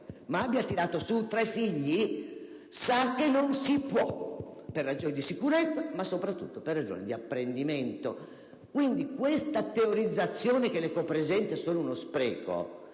ma abbia tirato su tre figli, sa che non si può, per ragioni di sicurezza, ma soprattutto per ragioni di apprendimento. Quindi, questa teorizzazione secondo cui le copresenze sono uno spreco,